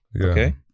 okay